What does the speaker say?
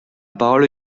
parole